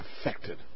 affected